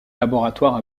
laboratoire